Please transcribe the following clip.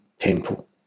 temple